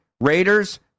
Raiders